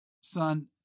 son